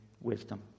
wisdom